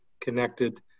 connected